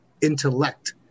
intellect